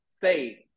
say